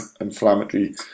inflammatory